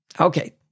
Okay